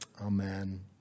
Amen